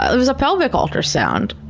it was a pelvic ultrasound.